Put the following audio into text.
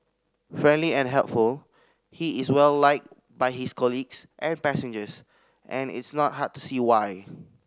friendly and helpful he is well liked by his colleagues and passengers and it's not hard to see why